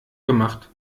gemacht